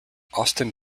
austin